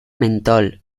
mentol